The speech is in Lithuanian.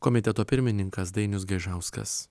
komiteto pirmininkas dainius gaižauskas